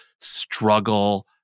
struggle